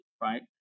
right